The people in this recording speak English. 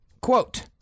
quote